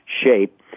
shape